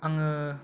आङो